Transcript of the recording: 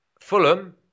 Fulham